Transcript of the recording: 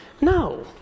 No